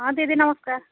ହଁ ଦିଦି ନମସ୍କାର